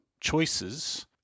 choices